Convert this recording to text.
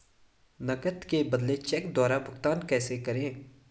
नकद के बदले चेक द्वारा भुगतान कैसे करें?